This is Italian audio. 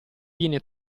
viene